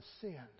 sin